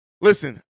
Listen